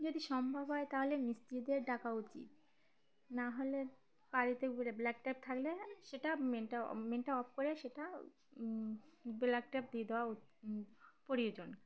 যদি সম্ভব হয় তাহলে মিস্ত্রিদের ডাকা উচিত নাহলে বাড়িতে ব্ল্যাক টেপ থাকলে সেটা মেনটা মেনটা অফ করে সেটা ব্ল্যাক টেপ দিয়ে দেওয়া প্রয়োজন